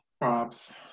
Props